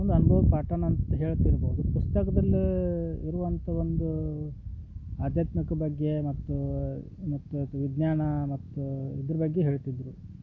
ಜೀವ್ನ್ದ ಅನ್ಭವದ ಪಾಠನ ಹೇಳ್ತಿರ್ಬೋದು ಪುಸ್ತಕದಲ್ಲಿ ಇರುವಂಥ ಒಂದು ಆಧ್ಯಾತ್ಮಿಕ ಬಗ್ಗೆ ಮತ್ತು ಮತ್ತದು ವಿಜ್ಞಾನ ಮತ್ತು ಇದ್ರ ಬಗ್ಗೆ ಹೇಳ್ತಿದ್ದರು